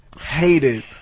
hated